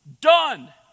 Done